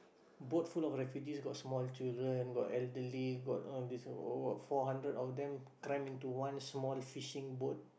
boat full of refugees got small children got elderly got all this four hundred of them cramp into one small fishing boat